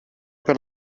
per